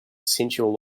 sensual